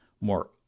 more